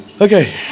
Okay